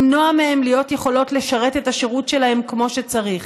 למנוע מהן להיות יכולות לשרת את השירות שלהן כמו שצריך,